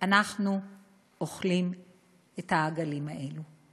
אנחנו אוכלים את העגלים האלו.